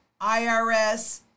IRS